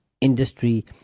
industry